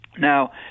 Now